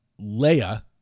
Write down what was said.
Leia